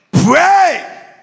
Pray